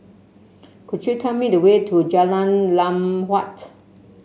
could you tell me the way to Jalan Lam Huat